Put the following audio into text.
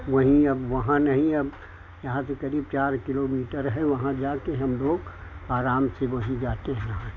वही अब वहाँ नहीं अब वहाँ से करीब चार किलोमीटर हैं वहाँ जाकर हम लोग आराम से वही जाते हैं वहाँ